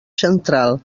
central